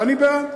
ואני בעד.